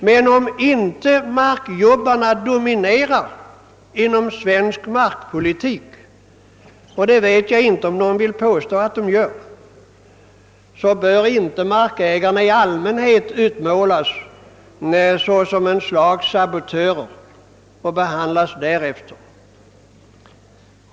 Men om markjobbarna inte dominerar inom svensk markpolitik — jag vet inte om någon vill påstå att de gör det — bör inte markägarna i allmänhet utmålas som ett slags sabotörer och behandlas därefter.